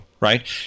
right